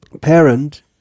parent